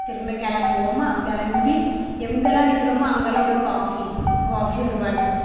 திரும்ப கிளம்புவோமா கிளம்பி எங்கலாம் நிற்கிறோமோ அங்கெல்லாம் ஒரு காஃபி காஃபி ஒரு வடை